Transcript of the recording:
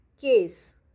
case